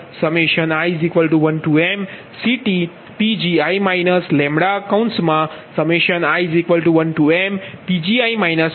આ સમીકરણ 11 છે અને આ ખરેખર લગ્રાજિયન ગુણાકાર છે